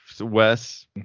Wes